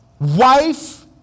wife